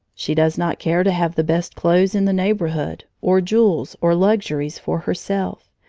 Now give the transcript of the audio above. she does not care to have the best clothes in the neighborhood, or jewels, or luxuries for herself.